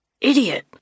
Idiot